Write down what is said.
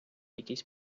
якісь